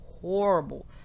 horrible